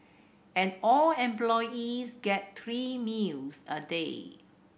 and all employees get three meals a day